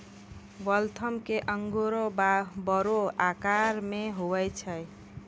Waltham के अंगूर बड़ो आकार के हुवै छै